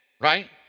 right